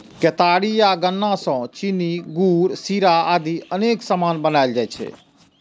केतारी या गन्ना सं चीनी, गुड़, शीरा आदि अनेक सामान बनाएल जाइ छै